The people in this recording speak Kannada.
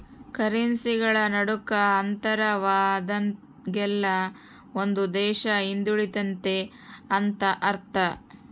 ಕರೆನ್ಸಿಗಳ ನಡುಕ ಅಂತರವಾದಂಗೆಲ್ಲ ಒಂದು ದೇಶ ಹಿಂದುಳಿತೆತೆ ಅಂತ ಅರ್ಥ